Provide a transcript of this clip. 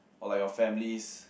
or like your families